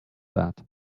that